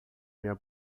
minha